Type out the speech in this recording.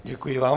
Děkuji vám.